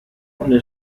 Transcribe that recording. nel